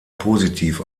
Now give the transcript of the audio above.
positiv